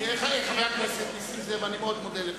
חבר הכנסת נסים זאב, אני מאוד מודה לך.